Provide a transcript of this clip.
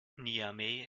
niamey